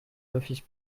l’office